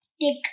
Tick